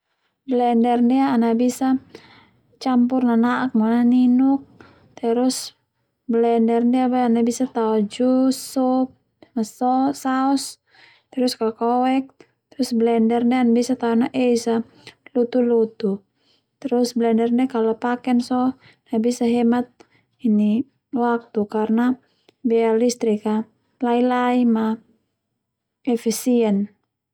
Blender ndia ana bisa campur nana'ak no naninuk terus blender ndia Boe ana bisa tao jus sup saos terus kakauoek, blender ndia ana bisa tao na es a lutu-lutu terus blender ndia kalo paken so na bisa hemat waktu karna biaya listrik a lai-lai ma efisien.